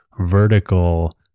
vertical